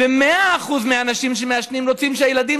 ו-100% של האנשים שמעשנים רוצים שהילדים